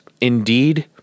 indeed